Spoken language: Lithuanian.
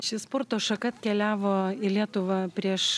ši sporto šaka atkeliavo į lietuvą prieš